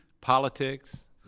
politics